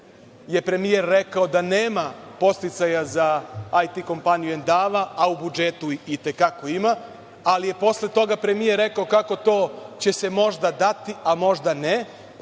je premijer rekao da nema podsticaja za IT kompaniju ''Endava''', a u budžetu itekako ima, ali je posle toga premijer rekao kako to će se možda dati, a možda ne,